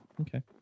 Okay